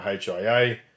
HIA